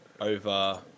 over